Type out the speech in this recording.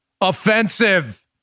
Offensive